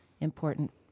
important